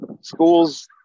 schools